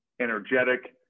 energetic